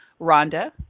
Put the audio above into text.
Rhonda